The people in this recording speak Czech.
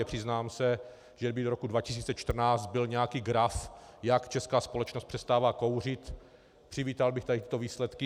Přiznám se, že kdyby do roku 2014 byl nějaký graf, jak česká společnost přestává kouřit, přivítal bych tyto výsledky.